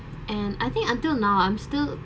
and I think until now I'm still